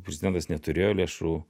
prezidentas neturėjo lėšų